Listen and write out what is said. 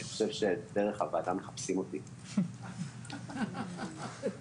אני מניחה שאם לא היו עוצרים כרגע את הרפורמה הכסף היה מגיע.